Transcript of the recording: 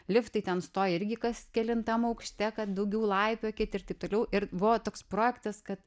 liftai ten stoja irgi kas kelintam aukšte kad daugiau laipiokit ir taip toliau ir buvo toks projektas kad